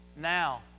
Now